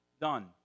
done